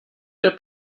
der